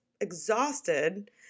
exhausted